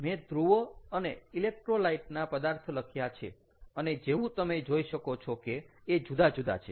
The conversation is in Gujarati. મેં ધ્રુવો અને ઇલેક્ટ્રોલાઈટ ના પદાર્થ લખ્યા છે અને જેવું તમે જોઈ શકો છો કે એ જુદા જુદા છે